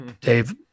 Dave